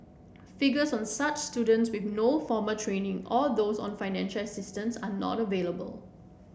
figures on such students with no formal training or those on financial assistance are not available